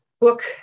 book